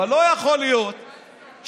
אבל לא יכול להיות שאתם,